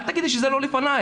אל תגידי שזה לא לפנייך.